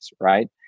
right